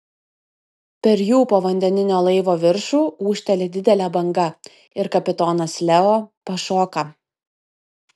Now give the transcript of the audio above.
per jų povandeninio laivo viršų ūžteli didelė banga ir kapitonas leo pašoka